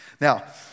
Now